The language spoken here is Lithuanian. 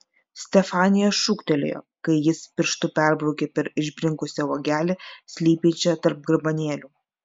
stefanija šūktelėjo kai jis pirštu perbraukė per išbrinkusią uogelę slypinčią tarp garbanėlių